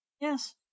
Yes